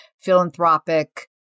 philanthropic